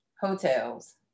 hotels